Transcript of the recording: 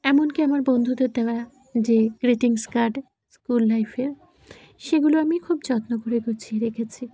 এমন কি আমার বন্ধুদের দেওয়া যে গ্রিটিংস কার্ড স্কুল লাইফের সেগুলো আমি খুব যত্ন করে গুছিয়ে রেখেছি